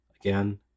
again